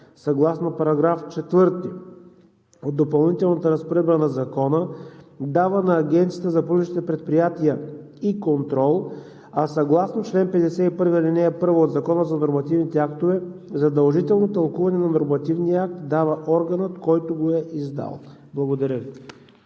съгласно § 4 от Допълнителната разпоредба на Закона, дава на Агенцията за публичните предприятия и контрол, а съгласно чл. 51, ал. 1 от Закона за нормативните актове задължително тълкуване на нормативния акт дава органът, който го е издал. Благодаря Ви.